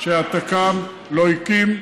התק"ם לא הקים,